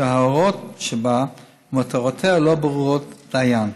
שההוראות שבה ומטרותיה לא ברורות דיין,